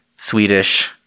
Swedish